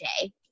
day